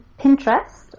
Pinterest